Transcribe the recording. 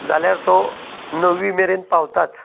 जाल्यार तो नवी मेरेन पावताच